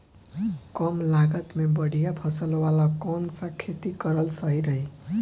कमलागत मे बढ़िया फसल वाला कौन सा खेती करल सही रही?